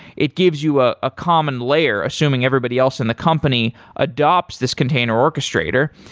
it gives you a ah common layer assuming everybody else in the company adapts this container orchestrator.